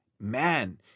Man